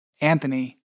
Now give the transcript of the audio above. Anthony